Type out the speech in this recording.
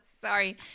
Sorry